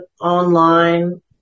online